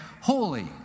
holy